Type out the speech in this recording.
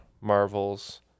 Marvels